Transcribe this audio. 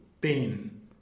pain